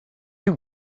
you